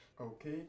Okay